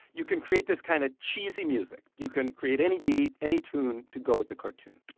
you can create this kind of cheesy music. you can create any beat, any tune to go with the cartoon.